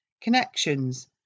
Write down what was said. connections